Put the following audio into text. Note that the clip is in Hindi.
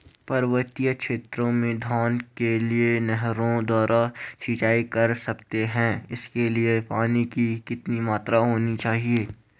पर्वतीय क्षेत्रों में धान के लिए नहरों द्वारा सिंचाई कर सकते हैं इसके लिए पानी की कितनी मात्रा होनी चाहिए?